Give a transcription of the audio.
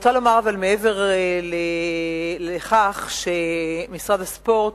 אבל אני רוצה לומר מעבר לכך, שמשרד הספורט